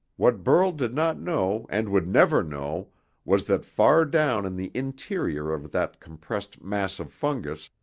what burl did not know and would never know was that far down in the interior of that compressed mass of fungus,